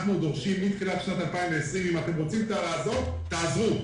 אנחנו דורשים שזה יהיה מתחילת שנת 2020. אם אתם רוצים לעזור תעזרו,